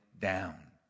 down